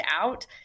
out